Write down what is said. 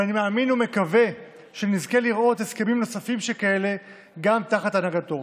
ואני מאמין ומקווה שנזכה לראות הסכמים נוספים שכאלה גם תחת הנהגתו.